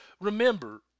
Remember